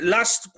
Last